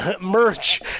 merch